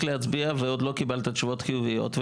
להצביע ועוד לא קיבלת תשובות חיוביות.